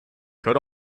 could